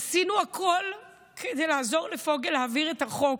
עשינו הכול כדי לעזור לפוגל להעביר את החוק,